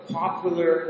popular